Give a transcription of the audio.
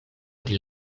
pri